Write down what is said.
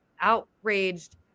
outraged